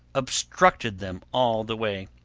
obstructed them all the way.